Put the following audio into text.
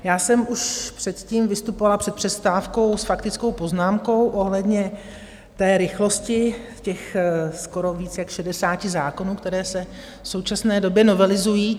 Já jsem už předtím vystupovala před přestávkou s faktickou poznámkou ohledně té rychlosti těch skoro víc jak 60 zákonů, které se v současné době novelizují.